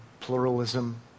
Pluralism